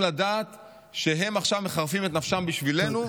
לדעת שהם עכשיו מחרפים את נפשם בשבילנו,